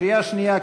בקריאה שנייה,